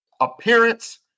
appearance